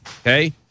Okay